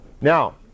Now